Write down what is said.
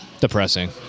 Depressing